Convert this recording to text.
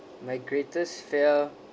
my greatest fear